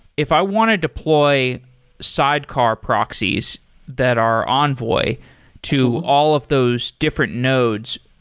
if i want to deploy sidecar proxies that are envoy to all of those different nodes,